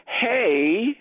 hey